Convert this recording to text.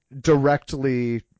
directly